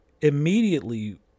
immediately